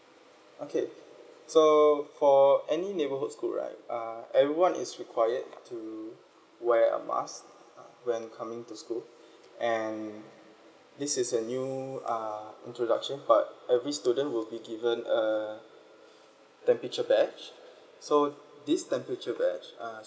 okay so for any neighbourhood school right uh everyone is required to wear a mask when coming to school and this is a new err introduction part every student will be given a temperature badge so this temperature badge uh